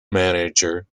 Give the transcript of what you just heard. manager